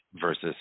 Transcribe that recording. versus